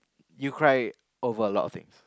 you cry over a lot of things